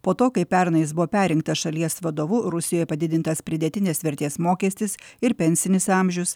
po to kai pernai jis buvo perrinktas šalies vadovu rusijoje padidintas pridėtinės vertės mokestis ir pensinis amžius